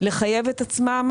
לחייב את עצמם,